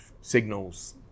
signals